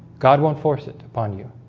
god won't force it upon you